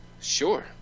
Sure